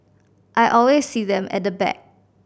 I always see them at the back